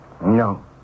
No